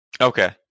Okay